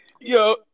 Yo